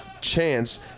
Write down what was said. chance